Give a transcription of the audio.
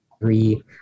three